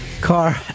car